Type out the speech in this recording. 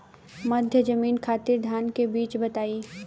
मध्य जमीन खातिर धान के बीज बताई?